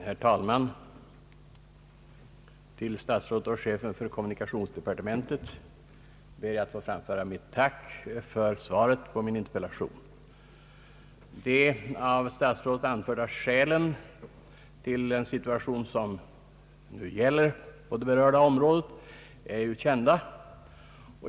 Herr talman! Till statsrådet och chefen för kommunikationsdepartementet ber jag att få framföra mitt tack för svaret på min interpellation. De av statsrådet anförda skälen till den situation som nu råder på det berörda området är kända.